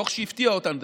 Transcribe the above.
דוח שהפתיע אותנו,